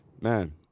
man